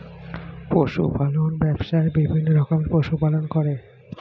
পশু পালন ব্যবসায়ে বিভিন্ন রকমের পশু পালন করে